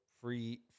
free